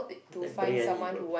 that briyani bro